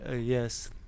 Yes